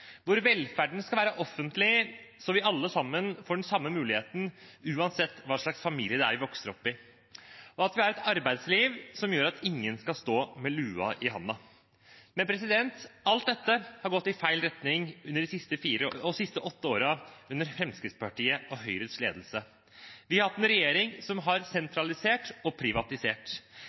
hvor velferden skal være offentlig, så vi alle sammen får den samme muligheten uansett hva slags familie vi vokser opp i, og at vi har et arbeidsliv som gjør at ingen skal stå med lua i hånda. Alt dette har gått i feil retning de siste åtte årene under Fremskrittspartiets og Høyres ledelse. Vi har hatt en regjering som har sentralisert og privatisert,